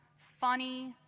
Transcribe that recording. funny,